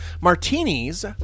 Martinis